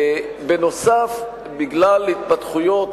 נוסף על כך, בגלל התפתחויות